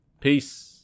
peace